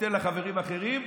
אתן לחברים אחרים,